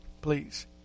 please